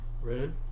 Red